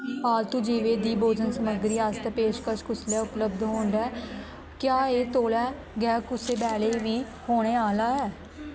पालतू जीवें दी भोजन समग्गरी आस्तै पेशकश कुसलै उपलब्ध होंदा ऐ क्या एह् तौले गै कुसै बैल्लै बी होने आह्ला ऐ